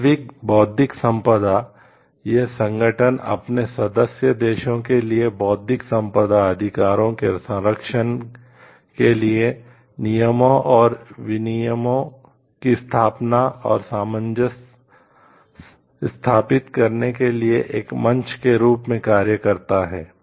वैश्विक बौद्धिक संपदा यह संगठन अपने सदस्य देशों के लिए बौद्धिक संपदा अधिकारों के संरक्षण के लिए नियमों और विनियमों की स्थापना और सामंजस्य स्थापित करने के लिए एक मंच के रूप में कार्य करता है